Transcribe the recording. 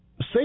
say